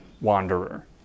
wanderer